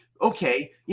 okay